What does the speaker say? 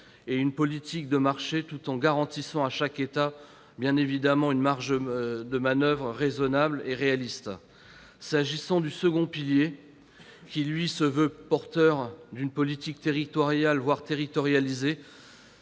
qu'une politique de marché, tout en garantissant à chaque État une marge de manoeuvre raisonnable et réaliste. S'agissant du second pilier, conçu comme porteur d'une politique territoriale, voire territorialisée,